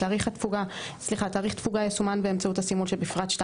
תאריך תפוגה יסומן באמצעות הסימול שבפרט 2